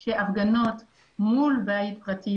כי הפגנות מול בית פרטי,